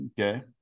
okay